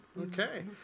Okay